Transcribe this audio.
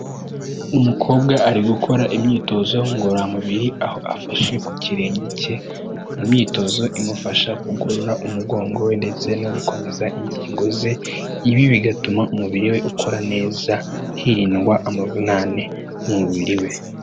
Umukobwa ari gukora imyitozo ngororamubiri aho afashe ku kirenge cye, mu myitozo imufasha kugorora umugongo we ndetse no gukomeza ingingo ze, ibi bigatuma umubiri we ukora neza, hirindwa amavunane, mu mubiri we.